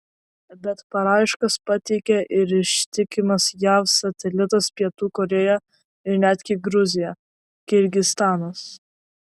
bet paraiškas pateikė ir ištikimas jav satelitas pietų korėja ir netgi gruzija kirgizstanas